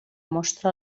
mostra